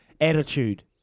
attitude